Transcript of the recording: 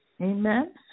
Amen